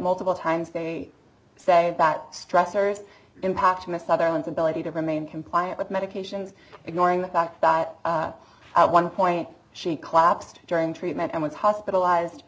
multiple times they say that stressors impact miss sutherland's ability to remain compliant with medications ignoring the fact that at one point she collapsed during treatment and was hospitalized